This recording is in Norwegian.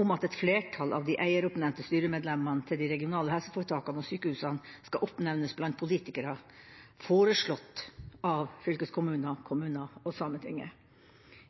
om at et flertall av de eieroppnevnte styremedlemmene til de regionale helseforetakene og sykehusene skal oppnevnes blant politikere foreslått av fylkeskommuner, kommuner og Sametinget.